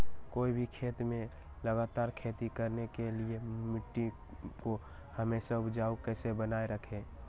कोई भी खेत में लगातार खेती करने के लिए मिट्टी को हमेसा उपजाऊ कैसे बनाय रखेंगे?